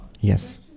Yes